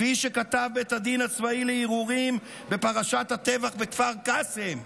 כפי שכתב בית הדין הצבאי לערעורים בפרשת הטבח בכפר קאסם,